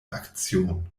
aktion